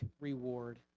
reward